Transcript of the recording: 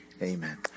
Amen